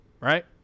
right